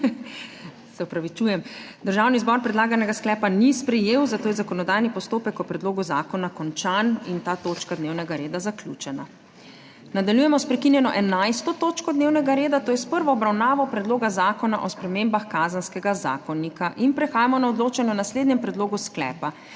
Ugotavljam, da Državni zbor predlaganega sklepa ni sprejel, zato je zakonodajni postopek o predlogu zakona končan in ta točka dnevnega reda zaključena. Nadaljujemo s prekinjeno 11. točko dnevnega reda, to je s prvo obravnavo Predloga zakona o spremembah Kazenskega zakonika. Prehajamo na odločanje o naslednjem predlogu sklepa: